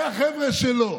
זה החבר'ה שלו,